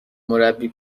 مربی